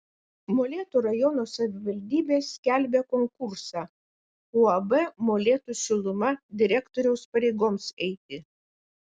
molėtų rajono savivaldybė skelbia konkursą uab molėtų šiluma direktoriaus pareigoms eiti